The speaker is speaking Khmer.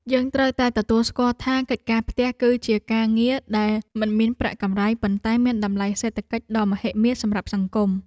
យើងត្រូវតែទទួលស្គាល់ថាកិច្ចការផ្ទះ គឺជាការងារដែលមិនមានប្រាក់កម្រៃប៉ុន្តែមានតម្លៃសេដ្ឋកិច្ចដ៏មហិមាសម្រាប់សង្គម។